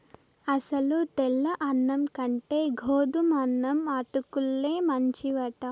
అసలు తెల్ల అన్నం కంటే గోధుమన్నం అటుకుల్లే మంచివట